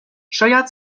شاید